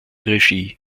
regie